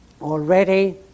already